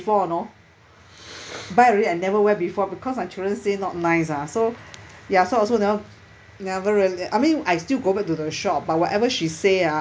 know buy and never wear before because my children say not nice ah so ya so also know never really I mean I still go back to the shop but whatever she say ah